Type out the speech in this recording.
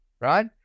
right